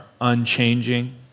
unchanging